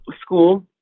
School